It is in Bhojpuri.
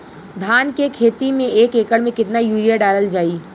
धान के खेती में एक एकड़ में केतना यूरिया डालल जाई?